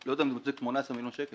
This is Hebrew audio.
אני לא יודעת אם הוא מצדיק 18 מיליון שקל.